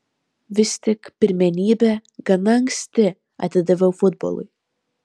vis tik pirmenybę gana anksti atidaviau futbolui